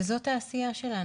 וזאת העשייה שלנו.